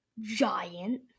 giant